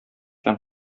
һәм